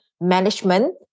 management